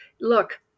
look